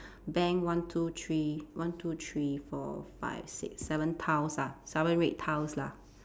bank one two three one two three four five six seven tiles ah seven red tiles lah